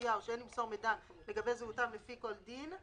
חסויה או שאין למסור מידע לגבי זהותם לפי כל דין.